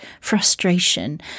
frustration